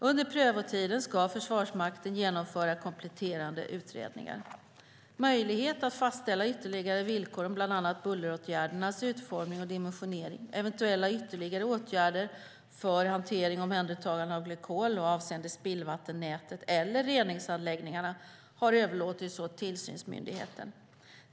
Under prövotiden ska Försvarsmakten genomföra kompletterande utredningar. Möjlighet att fastställa ytterligare villkor om bland annat bulleråtgärdernas utformning och dimensionering, eventuella ytterligare åtgärder för hantering och omhändertagande av glykol och avseende spillvattennätet eller reningsanläggningarna har överlåtits åt tillsynsmyndigheten.